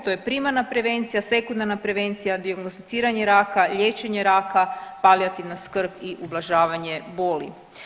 To je primarna prevencija, sekundarna prevencija, dijagnosticiranje raka, liječenje raka, palijativna skrb i ublažavanje boli.